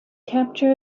capture